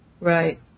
Right